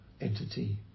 entity